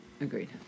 Agreed